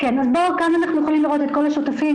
כאן אנחנו יכולים לראות את כל השותפים,